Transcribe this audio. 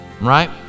right